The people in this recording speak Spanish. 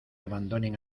abandonen